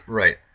right